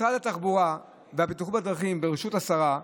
משרד התחבורה והבטיחות בדרכים, בראשות השרה,